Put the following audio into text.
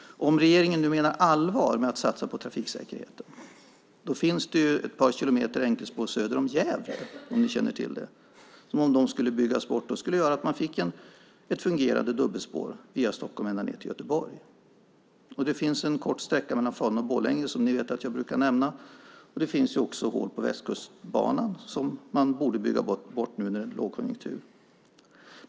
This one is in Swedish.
Menar regeringen allvar med att satsa på trafiksäkerheten? Känner ni till att det finns ett par kilometer enkelspår söder om Gävle? Om de skulle byggas bort skulle man få ett fungerande dubbelspår via Stockholm ända ned till Göteborg. Det finns en kort sträcka mellan Falun och Borlänge som ni vet att jag brukar nämna, och det finns också hål på Västkustbanan som man borde bygga bort nu under lågkonjunkturen.